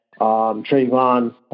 Trayvon